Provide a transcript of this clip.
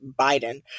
Biden